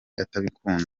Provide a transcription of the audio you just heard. abikunda